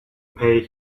pay